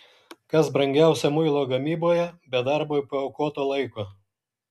kas brangiausia muilo gamyboje be darbui paaukoto laiko